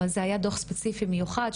זה היה דוח ספציפי ומיוחד.